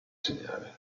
segnare